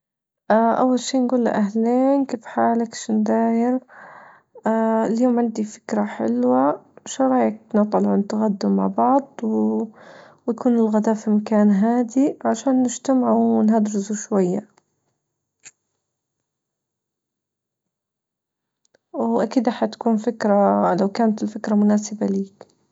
اه أول شي نجول له أهلين كيف حالك شنداير؟ اه اليوم عندي فكرة حلوة شو رأيك نطلعوا نتغدوا مع بعض ويكون الغدا في مكان هاديء عشان نجتمعوا ونهجزوا شوية، وأكيد حتكون فكرة لو كانت الفكرة مناسبة ليك.